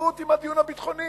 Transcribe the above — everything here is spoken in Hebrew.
עזבו אותי מהדיון הביטחוני,